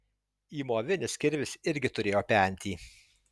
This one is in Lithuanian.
įmovinis kirvis irgi turėjo pentį